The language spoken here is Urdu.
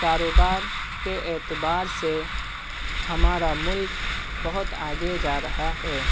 کاروبار کے اعتبار سے ہمارا ملک بہت آگے جا رہا ہے